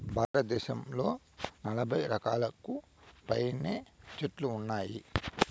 భారతదేశంలో నలబై రకాలకు పైనే చెట్లు ఉన్నాయి